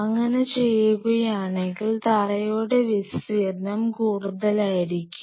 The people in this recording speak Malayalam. അങ്ങനെ ചെയ്യുകയാണെങ്കിൽ തറയുടെ വിസ്തീർണ്ണം കൂടുതലായിരിക്കും